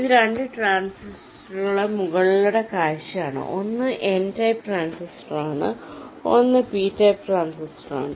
ഇത് 2 ട്രാൻസിസ്റ്ററുകളുടെ മുകളിലെ കാഴ്ചയാണ് ഒന്ന് N ടൈപ്പ് ട്രാൻസിസ്റ്ററാണ് ഒന്ന് പി ടൈപ്പ് ട്രാൻസിസ്റ്ററാണ്